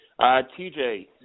TJ